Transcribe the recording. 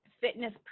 fitness